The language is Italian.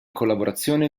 collaborazione